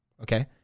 Okay